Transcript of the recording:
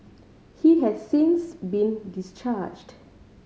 he has since been discharged